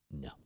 No